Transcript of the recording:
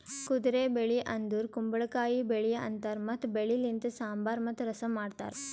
ಕುದುರೆ ಬೆಳಿ ಅಂದುರ್ ಕುಂಬಳಕಾಯಿ ಬೆಳಿ ಅಂತಾರ್ ಮತ್ತ ಬೆಳಿ ಲಿಂತ್ ಸಾಂಬಾರ್ ಮತ್ತ ರಸಂ ಮಾಡ್ತಾರ್